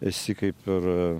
esi kaip ir